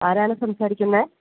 ആരാണ് സംസാരിക്കുന്നത്